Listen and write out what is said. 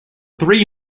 three